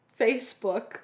Facebook